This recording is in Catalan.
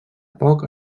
poc